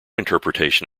interpretation